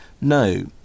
No